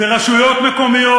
זה רשויות מקומיות,